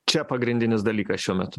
čia pagrindinis dalykas šiuo metu